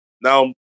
Now